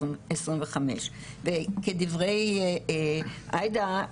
וכדברי עאידה,